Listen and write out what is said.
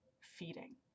feeding